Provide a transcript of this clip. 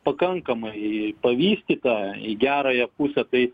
pakankamai pavystyta į gerąją pusę tai